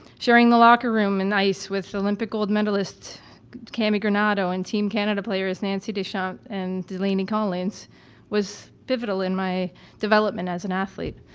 sharing the locker room and ice with olympic gold medalist cammie grenada and team canada players nancy deshant and delaney collins was pivotal in my development as an athlete.